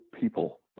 people